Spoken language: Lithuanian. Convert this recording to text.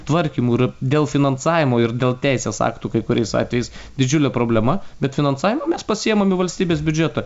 tvarkymu ir dėl finansavimo ir dėl teisės aktų kai kuriais atvejais didžiulė problema bet finansavimą mes pasiimam į valstybės biudžetą